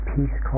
Peace